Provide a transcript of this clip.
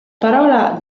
parola